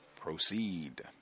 Proceed